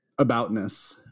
aboutness